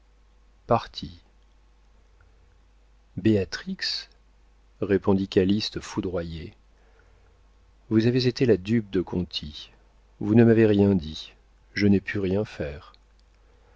béatrix répondit calyste foudroyé vous avez été la dupe de conti vous ne m'avez rien dit je n'ai pu rien faire